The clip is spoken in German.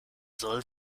soll